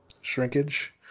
shrinkage